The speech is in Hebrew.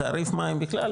תעריף מים בכלל,